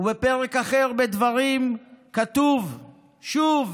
ובפרק אחר בדברים כתוב שוב: